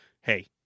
Hey